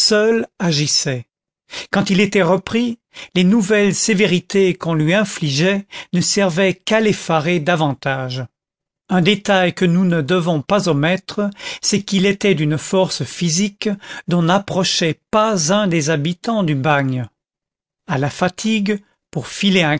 agissait quand il était repris les nouvelles sévérités qu'on lui infligeait ne servaient qu'à l'effarer davantage un détail que nous ne devons pas omettre c'est qu'il était d'une force physique dont n'approchait pas un des habitants du bagne à la fatigue pour filer un